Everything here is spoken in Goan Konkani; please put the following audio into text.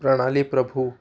प्रणाली प्रभू